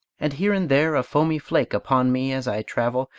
and here and there a foamy flake upon me, as i travel,